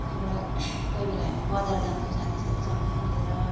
त्यहाँबाट कोही बेला हामी बजार जान्थ्यौँ साथी साथी सबै मिलेर